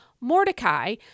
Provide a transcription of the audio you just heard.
Mordecai